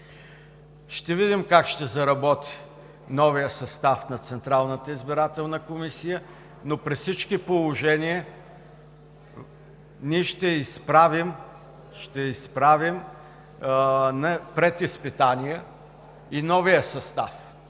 Ще видим как ще заработи новият състав на Централната избирателна комисия, но при всички положения ние ще изправим пред изпитания и новия състав,